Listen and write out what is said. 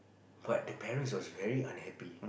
but the parents was very unhappy